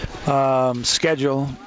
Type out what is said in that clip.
schedule